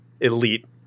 elite